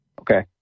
Okay